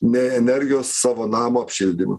nei energijos savo namo apšildymui